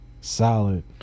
Solid